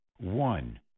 one